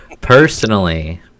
Personally